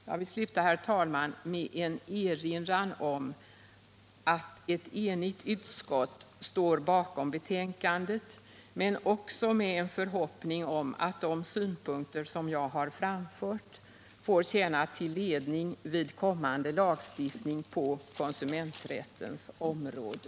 Jag vill sluta, herr talman, med en erinran om att ett enigt utskott står bakom betänkandet men också med en förhoppning om att de synpunkter som jag har framfört får tjäna till ledning vid kommande lagstiftning på konsumenträttens område.